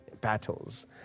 battles